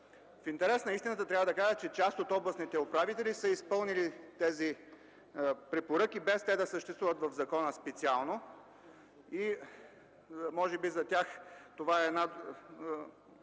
В интерес на истината трябва да кажа, че част от областните управители са изпълнили тези препоръки, без те да съществуват специално в закона. Може би за тях това е една